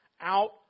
out